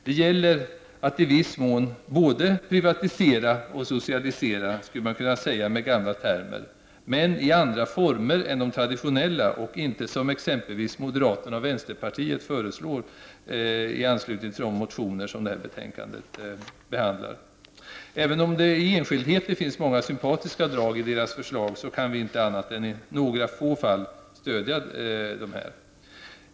Det gäller att i viss mån både privatisera och socialisera -- skulle man kunna säga med gamla termer. Men det måste ske i andra former än de traditionella och inte på det sätt som exempelvis moderaterna och vänsterpartiet föreslår i de motioner som behandlas i detta betänkande. Även om det i enskildheter finns många sympatiska drag i deras förslag, kan vi inte annat än i några få fall stödja dessa.